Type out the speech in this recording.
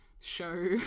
show